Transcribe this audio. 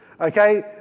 Okay